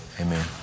Amen